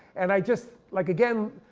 and i just, like again,